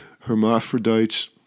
hermaphrodites